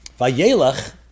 Vayelach